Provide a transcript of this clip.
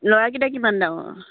ল'ৰাকেইটা কিমান ডাঙৰ